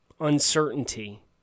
uncertainty